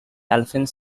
elephant